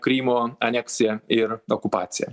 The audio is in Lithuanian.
krymo aneksija ir okupacija